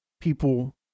people